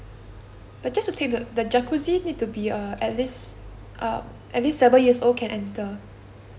but just to take note the jacuzzi need to be uh at least uh at least seven years old can enter